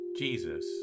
Jesus